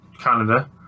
Canada